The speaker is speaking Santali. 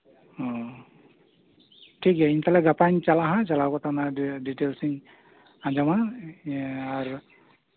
ᱦᱩᱸ ᱴᱷᱤᱠᱜᱮᱭᱟ ᱤᱧ ᱜᱟᱯᱟᱧ ᱪᱟᱞᱟᱜᱼᱟ ᱦᱟᱸᱜ ᱟᱨ ᱪᱟᱞᱟᱣ ᱠᱟᱛᱮ ᱡᱚᱛᱚ ᱰᱤᱴᱮᱞᱥ ᱤᱧ ᱟᱸᱡᱚᱢᱟ ᱟᱨ